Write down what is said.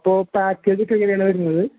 അപ്പോൾ പാക്കേജ് ഒക്കെ എങ്ങനെയാണ് വരുന്നത്